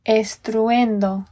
estruendo